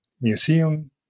museum